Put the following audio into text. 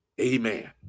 Amen